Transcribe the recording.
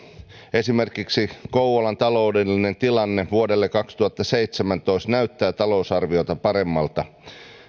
esimerkiksi kouvolan taloudellinen tilanne vuodelle kaksituhattaseitsemäntoista näyttää talousarviota paremmalta